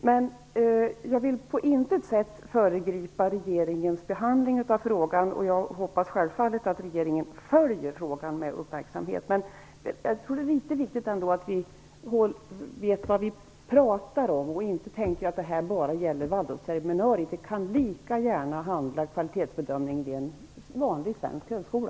Men jag vill på intet sätt föregripa regeringens behandling av frågan, och jag hoppas självfallet att regeringen följer den med uppmärksamhet. Men jag tror ändå att det är viktigt att vi vet vad vi pratar om, och inte tänker att detta bara gäller Waldorfseminariet, för det kan lika gärna handla om kvalitetsbedömning vid en vanlig svensk högskola.